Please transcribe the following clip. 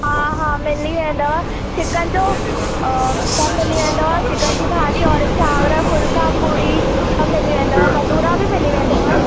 हा हा मिली वेंदव चिकन जो सभु मिली वेंदव चिकन जी भाॼी ओर चांवर फुलका पुड़ी सब मिली वेंदव भटूरा बि मिली वेंदव